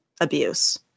abuse